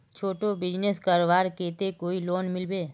छोटो बिजनेस करवार केते कोई लोन मिलबे?